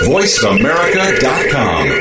VoiceAmerica.com